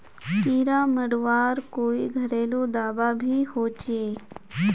कीड़ा मरवार कोई घरेलू दाबा भी होचए?